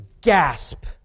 gasp